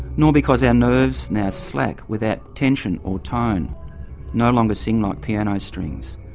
nor because our nerves now slack, without tension or tone no longer sing like piano strings.